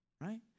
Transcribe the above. right